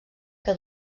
que